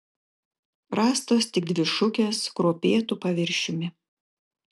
rastos tik dvi šukės kruopėtu paviršiumi